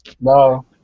no